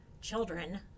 children